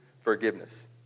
forgiveness